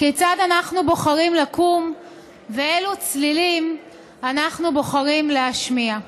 כיצד אנחנו בוחרים לקום ואילו צלילים אנחנו בוחרים להשמיע.